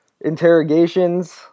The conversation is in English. interrogations